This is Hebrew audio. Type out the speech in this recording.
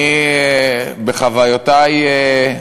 אני, בחוויותי,